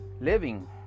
living